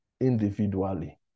individually